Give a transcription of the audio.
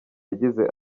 yagize